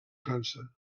frança